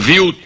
Viu